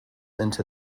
into